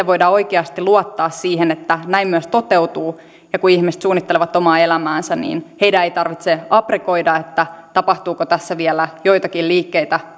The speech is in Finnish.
voidaan oikeasti luottaa siihen että näin myös toteutuu ja kun ihmiset suunnittelevat omaa elämäänsä niin heidän ei tarvitse aprikoida tapahtuuko tässä vielä joitakin liikkeitä